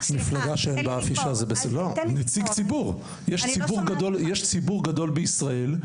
יש ציבור גדול בישראל,